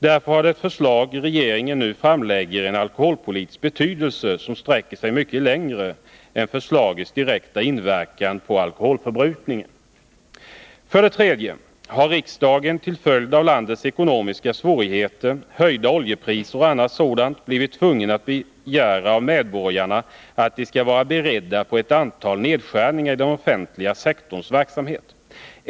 Därför har det förslag regeringen nu lägger fram en alkoholpolitisk betydelse som sträcker sig mycket längre än förslagets direkta inverkan på alkoholförbrukningen. För det tredje har riksdagen till följd av landets ekonomiska svårigheter, höjda oljepriser och annat sådant blivit tvungen att begära av medborgarna att de skall vara beredda på ett antal nedskärningar i den offentliga sektorns verksamhet.